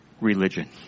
religion